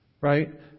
Right